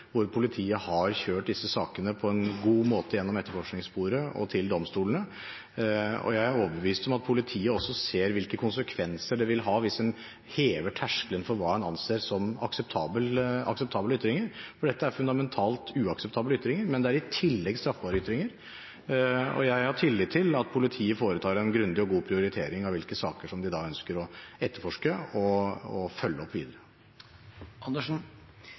hvor politiet har kjørt disse sakene på en god måte gjennom etterforskningssporet og til domstolene. Jeg er overbevist om at politiet også ser hvilke konsekvenser det vil ha hvis en hever terskelen for hva en anser som akseptable ytringer, for dette er fundamentalt uakseptable ytringer, og det er i tillegg straffbare ytringer. Jeg har tillit til at politiet foretar en grundig og god prioritering av hvilke saker de ønsker å etterforske og følge opp videre.